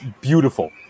beautiful